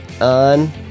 on